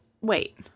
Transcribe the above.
Wait